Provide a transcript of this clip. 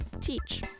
teach